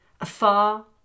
Afar